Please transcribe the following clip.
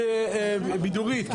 דבר אחרון, העניין של הפיקוח והאכיפה.